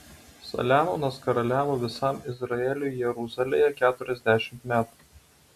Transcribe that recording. saliamonas karaliavo visam izraeliui jeruzalėje keturiasdešimt metų